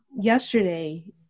yesterday